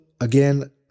again